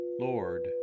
Lord